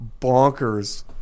bonkers